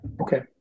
okay